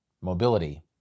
mobility